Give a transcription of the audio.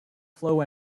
flow